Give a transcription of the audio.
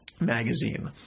magazine